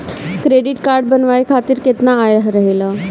Credit card बनवाए के खातिर केतना आय रहेला?